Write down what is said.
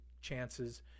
chances